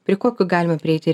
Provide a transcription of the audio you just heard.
prie kokių galima prieiti